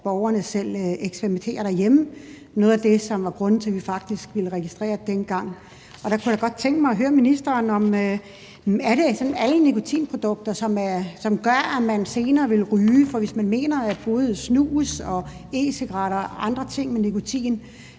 borgerne nu selv kan eksperimentere derhjemme, noget af det, som faktisk var grunden til, at vi ville registrere det dengang. Der kunne jeg godt tænke mig at høre ministeren: Er det alle nikotinprodukter, som gør, at man senere vil ryge? For hvis man mener, at både snus og e-cigaretter og andre ting med nikotin